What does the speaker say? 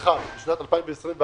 2021,